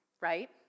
right